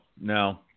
no